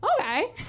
okay